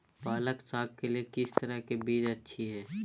पालक साग के लिए किस तरह के बीज अच्छी है?